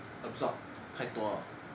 absorbed 太多了